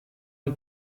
ein